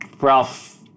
Ralph